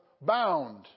bound